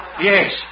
Yes